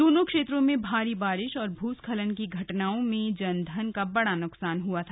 दोनों क्षेत्रों में भारी बारिश और भूस्खलन की घटनाओं में जन धन का बड़ा नुकसान हुआ था